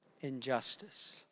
injustice